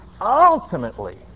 ultimately